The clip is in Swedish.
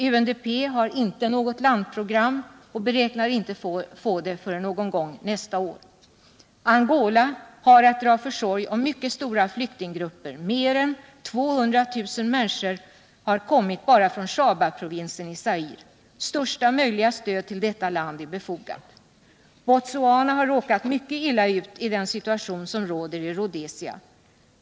UNDP har inte något landprogram och beräknar inte få ett sådant förrän någon gång under nästa år. Angola har att dra försorg om mycket stora flyktinggrupper. Mer än 200 000 människor har kommit bara från Shabaprovinsen i Zaire. Största möjliga stöd till Angola är således befogat. Botswana har råkat mycket illa ut i samband med den situation som råder i Rhodesia.